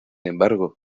embargo